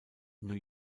new